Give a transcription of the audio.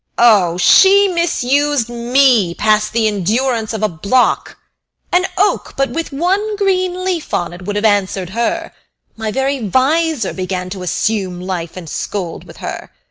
o! she misused me past the endurance of a block an oak but with one green leaf on it, would have answered her my very visor began to assume life and scold with her.